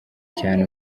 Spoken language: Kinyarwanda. cyane